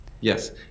Yes